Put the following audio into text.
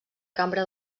cambra